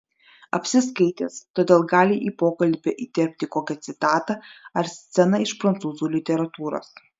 apsiskaitęs todėl gali į pokalbį įterpti kokią citatą ar sceną iš prancūzų literatūros